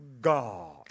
God